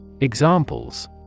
Examples